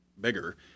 bigger